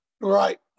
right